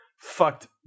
Fucked